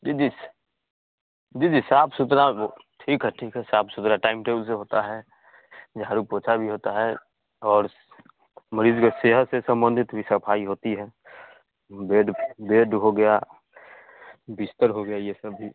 जी जी जी जी साफ़ सुथरा वह ठीक है ठीक है साफ़ सुथरा टाइमटेबुल से होता है झाड़ू पोछा भी होता है और मरीज़ की सेहत से संबंधित भी सफ़ाई होती है बेड बेड हो गया बिस्तर हो गई यह सब भी